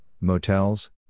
motels